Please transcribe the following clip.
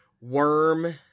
worm